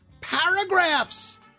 paragraphs